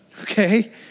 okay